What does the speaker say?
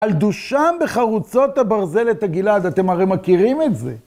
על דושם בחרוצות הברזל את הגלעד, אתם הרי מכירים את זה